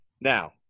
Now